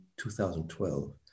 2012